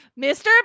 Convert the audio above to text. mr